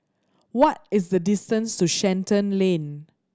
what is the distance to Shenton Lane